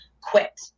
quit